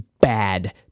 bad